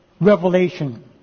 Revelation